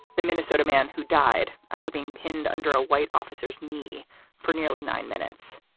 the minnesota man who died after being pinned under a white officers knee for nearly nine minutes.